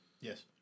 Yes